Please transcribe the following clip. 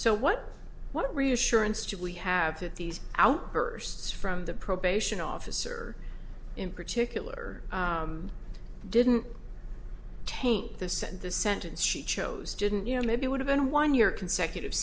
so what what reassurance should we have that these outbursts from the probation officer in particular didn't taint the sent the sentence she chose didn't you know maybe would have been one year consecutive